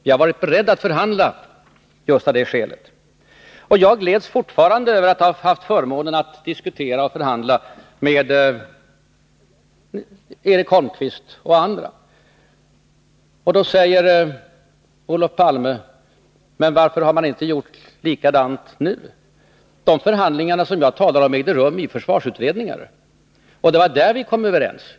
Vi har varit beredda att förhandla just av det skälet. Jag gläds fortfarande över att ha haft förmånen att diskutera och förhandla med Eric Holmqvist och andra. Då säger Olof Palme: Men varför har ni inte gjort likadant nu? Men de förhandlingar som jag talar om ägde rum i försvarsutredningarna — det var där vi kom överens.